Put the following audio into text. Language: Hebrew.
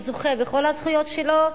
והוא זוכה בכל הזכויות שלו.